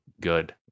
good